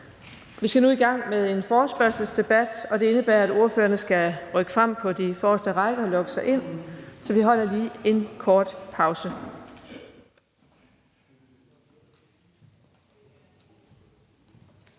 Vi skal nu i gang med en forespørgselsdebat, og det indebærer, at ordførerne skal rykke frem på de forreste rækker og logge sig ind. Så vi holder lige en kort pause.